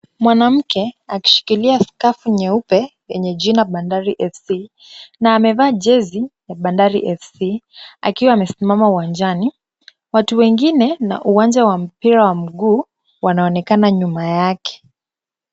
Mwanamke akishikilia skafu nyeupe yenye jina Bandari FC na amevaa jezi ya Bandari FC akiwa amesimama uwanjani. Watu wengine na uwanja wa mpira wa mguu wanaonekana nyuma yake.